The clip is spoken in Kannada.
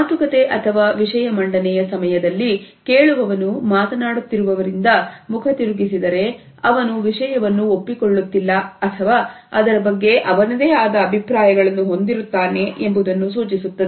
ಮಾತುಕತೆ ಅಥವಾ ವಿಷಯ ಮಂಡನೆಯ ಸಮಯದಲ್ಲಿ ಕೇಳುವನು ಮಾತನಾಡುತ್ತಿರುವವರಿಂದ ಮುಖ ತಿರುಗಿಸಿದರೆ ಅವನು ವಿಷಯವನ್ನು ಒಪ್ಪಿಕೊಳ್ಳುತ್ತಿಲ್ಲ ಅಥವಾ ಅದರ ಬಗ್ಗೆ ಅವನದೇ ಆದ ಅಭಿಪ್ರಾಯಗಳನ್ನು ಹೊಂದಿರುತ್ತಾನೆ ಎಂಬುದನ್ನು ಸೂಚಿಸುತ್ತದೆ